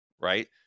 right